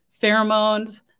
Pheromones